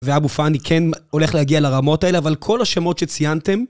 ואבו פאני כן הולך להגיע לרמות האלה, אבל כל השמות שציינתם...